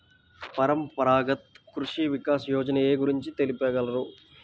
పరంపరాగత్ కృషి వికాస్ యోజన ఏ గురించి తెలుపగలరు?